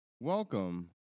Welcome